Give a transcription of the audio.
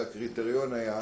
שהקריטריון היה